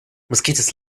mosquitoes